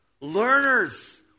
Learners